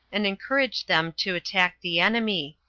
and encouraged them to attack the enemy.